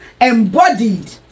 embodied